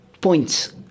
points